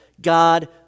God